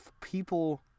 people